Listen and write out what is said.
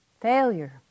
failure